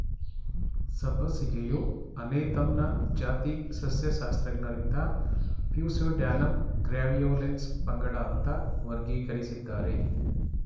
ಸಬ್ಬಸಿಗೆಯು ಅನೇಥಮ್ನ ಜಾತಿ ಸಸ್ಯಶಾಸ್ತ್ರಜ್ಞರಿಂದ ಪ್ಯೂಸೇಡ್ಯಾನಮ್ ಗ್ರ್ಯಾವಿಯೋಲೆನ್ಸ್ ಪಂಗಡ ಅಂತ ವರ್ಗೀಕರಿಸಿದ್ದಾರೆ